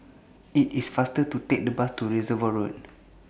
IT IS faster to Take The Bus to Reservoir Road